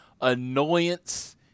annoyance